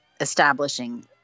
establishing